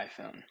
iPhone